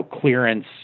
clearance